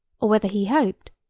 or whether he hoped,